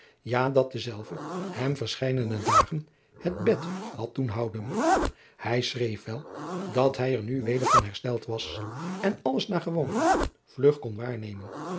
ja dat dezelve hem verscheiden dagen het bed had doen houden hij schreef wel dat hij er nu weder van hersteld was en alles naar gewoonte vlug kon waarnemen